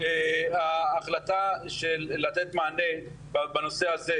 ההחלטה של לתת מענה בנושא הזה,